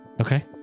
Okay